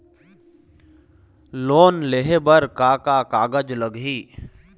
Loan लेहे बर का का कागज लगही?